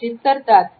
सूचित करतो